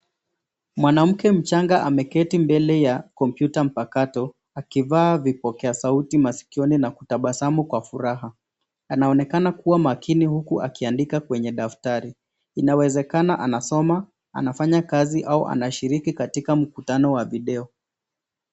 Mwanamke mchanga ameketi mbele ya kompyuta mpakato akivaa vipokea sauti maskioni na kutabasamu kwa furaha, anaonekana kua makini huku akiandika kwenye daftari. Inawezekana anasoma, anafanya kazi ama anashiriki katika mkutano wa video.